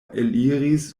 eliris